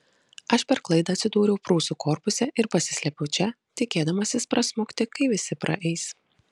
aš per klaidą atsidūriau prūsų korpuse ir pasislėpiau čia tikėdamasis prasmukti kai visi praeis